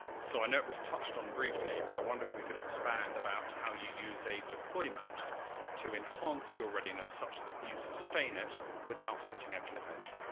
so i know it was touched on briefly, but i wonder if we could expand about how you use a deployment to enhance your readiness such that you sustain it without hitting a cliff edge?